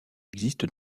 existe